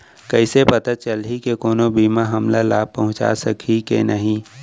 कइसे पता चलही के कोनो बीमा हमला लाभ पहूँचा सकही के नही